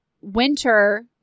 winter